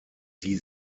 die